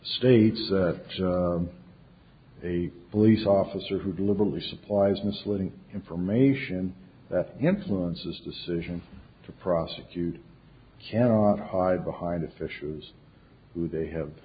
states that a police officer who deliberately supplies misleading information that influences the situation to prosecute cannot hide behind a fishers who they have